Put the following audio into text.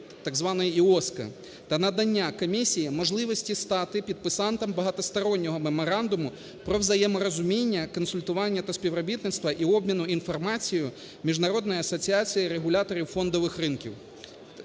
так званої IOSCO, та надання комісії можливості стати підписантом багатостороннього Меморандуму про взаєморозуміння, консультування та співробітництва і обміну інформацією Міжнародної асоціації регуляторів фондових ринків